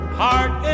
heart